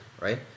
right